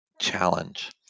challenge